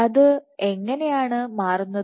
അത് എങ്ങനെയാണു മാറുന്നത്